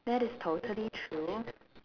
that is totally true